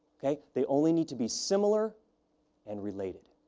okay. they only need to be similar and related.